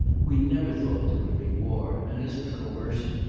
we never thought there would be war, and as for coercion,